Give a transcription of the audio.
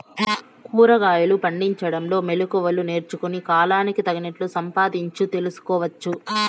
కూరగాయలు పండించడంలో మెళకువలు నేర్చుకుని, కాలానికి తగినట్లు సంపాదించు తెలుసుకోవచ్చు